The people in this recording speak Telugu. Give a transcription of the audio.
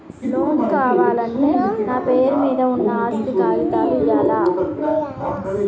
లోన్ కావాలంటే నా పేరు మీద ఉన్న ఆస్తి కాగితాలు ఇయ్యాలా?